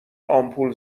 آمپول